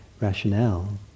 rationale